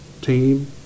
team